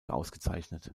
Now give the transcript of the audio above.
ausgezeichnet